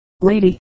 lady